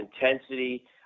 intensity